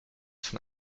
schon